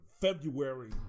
February